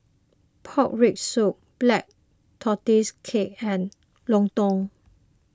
Pork Rib Soup Black Tortoise Cake and Lontong